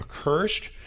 accursed